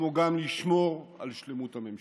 כמו גם לשמור על שלמות הממשלה.